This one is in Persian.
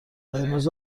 قرمز